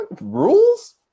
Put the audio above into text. rules